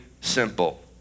simple